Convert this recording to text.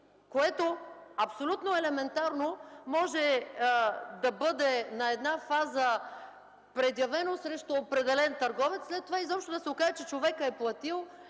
Което абсолютно елементарно на една фаза може да бъде предявено срещу определен търговец, а след това изобщо да се окаже, че човекът е платил,